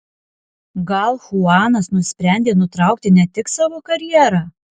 gal chuanas nusprendė nutraukti ne tik savo karjerą